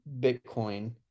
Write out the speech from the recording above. Bitcoin